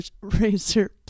razor